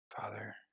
father